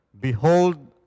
behold